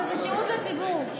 אבל זה שירות לציבור.